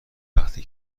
وقتی